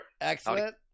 Excellent